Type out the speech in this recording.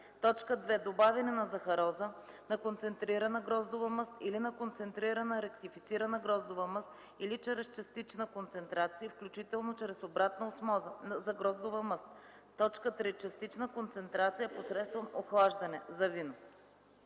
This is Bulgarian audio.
2. добавяне на захароза, на концентрирана гроздова мъст или на концентрирана ректифицирана гроздова мъст, или чрез частична концентрация, включително чрез обратна осмоза – за гроздова мъст; 3. частична концентрация посредством охлаждане – за вино.”